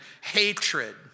hatred